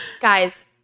guys